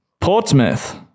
Portsmouth